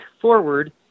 forward